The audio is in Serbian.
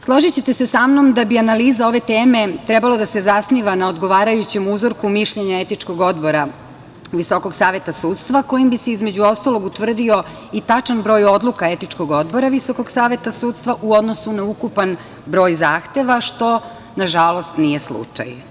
Složićete se sa mnom da bi analiza ove teme trebalo da se zasniva na odgovarajućem uzorku mišljenje Etičkog odbora Visokog saveta sudstva, kojim bi se između ostalog utvrdio i tačan broj odluka Etičkog odbora Visokog saveta sudstva u odnosu na ukupan broj zahteva, što nažalost nije slučaj.